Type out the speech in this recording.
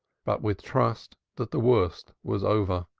but with trust that the worst was over.